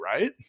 right